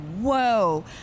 whoa